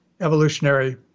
evolutionary